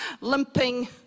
limping